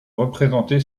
représentée